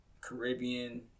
Caribbean